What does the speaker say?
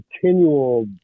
continual